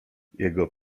jego